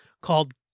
called